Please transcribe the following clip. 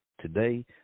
Today